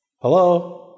Hello